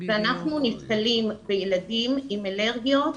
ואנחנו נתקלים בילדים עם אלרגיות.